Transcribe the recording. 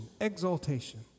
exaltation